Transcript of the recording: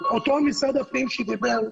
אותו משרד הפנים שדיבר,